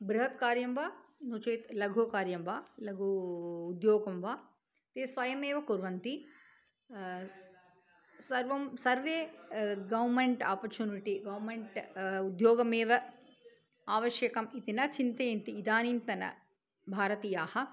बृहत् कार्यं वा नो चेत् लघु कार्यं वा लघु उद्योगं वा ते स्वयमेव कुर्वन्ति सर्वं सर्वे गौमेण्ट् आपर्चुनिटि गौमेण्ट् उद्योगमेव आवश्यकमेव आवश्यकम् इति न चिन्तयन्ति इदानींतनभारतीयाः